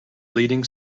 leading